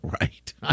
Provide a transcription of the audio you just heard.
right